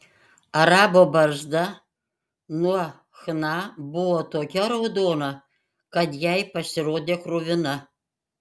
arabo barzda nuo chna buvo tokia raudona kad jai pasirodė kruvina